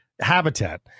habitat